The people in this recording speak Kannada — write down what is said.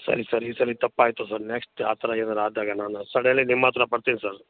ಸರಿ ಸರಿ ಸರಿ ತಪ್ಪಾಯಿತು ಸರ್ ನೆಕ್ಸ್ಟ್ ಆ ಥರ ಏನಾರು ಆದಾಗ ನಾನು ಸಡನ್ಲಿ ನಿಮ್ಮ ಹತ್ತಿರ ಬರ್ತೀನಿ ಸರ್